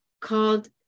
called